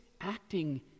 acting